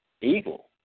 evil